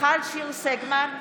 מיכל שיר סגמן,